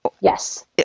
Yes